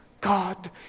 God